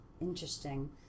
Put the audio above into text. interesting